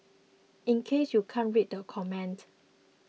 in case you can't read the comment